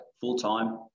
full-time